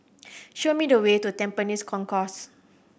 show me the way to Tampines Concourse